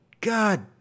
God